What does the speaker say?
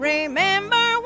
Remember